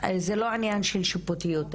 זה לא העניין של שיפוטיות,